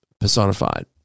personified